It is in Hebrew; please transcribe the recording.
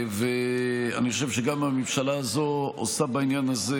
אני חושב שגם הממשלה הזאת עושה בעניין הזה